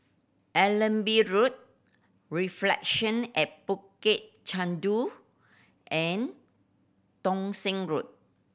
Allenby Road Reflection at Bukit Chandu and Thong Same Road